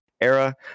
era